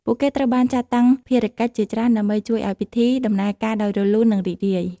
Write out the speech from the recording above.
ពួកគេត្រូវបានចាត់តាំងភារកិច្ចជាច្រើនដើម្បីជួយឱ្យពិធីដំណើរការដោយរលូន និងរីករាយ។